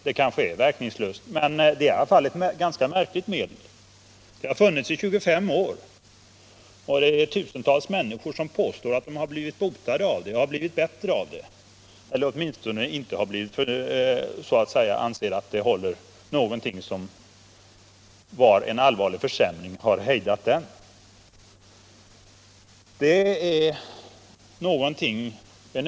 Det kanske är verkningslöst. Men det är i alla fall ett ganska märkligt medel. Det har funnits i 25 år, och tusentals människor påstår att de har blivit bättre av det eller åtminstone att det har hejdat en allvarlig försämring.